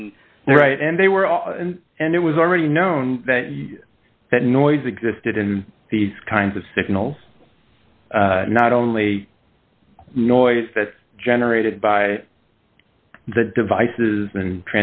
and right and they were and it was already known that noise existed in these kinds of signals not only noise that's generated by the devices and